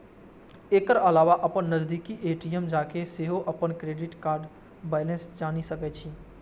एकर अलावा अपन नजदीकी ए.टी.एम जाके सेहो अपन क्रेडिट कार्डक बैलेंस जानि सकै छी